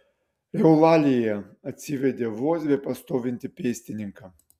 eulalija atsivedė vos bepastovintį pėstininką